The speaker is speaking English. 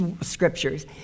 scriptures